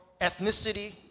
ethnicity